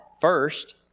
first